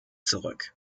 zurück